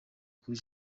kuri